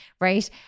right